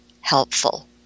helpful